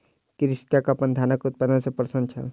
कृषक अपन धानक उत्पादन सॅ प्रसन्न छल